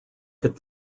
could